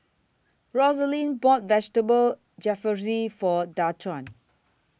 Rosalind bought Vegetable Jalfrezi For Daquan